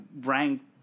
ranked